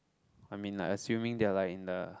I mean like assuming they are like in the